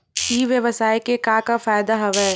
ई व्यवसाय के का का फ़ायदा हवय?